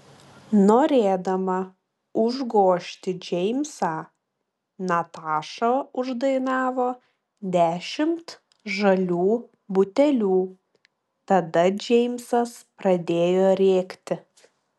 norėdama užgožti džeimsą nataša uždainavo dešimt žalių butelių tada džeimsas pradėjo rėkti